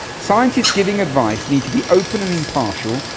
scientists giving advice need to be open and impartial,